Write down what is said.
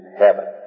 heaven